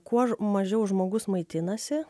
kuo mažiau žmogus maitinasi